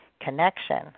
connection